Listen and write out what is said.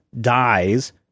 dies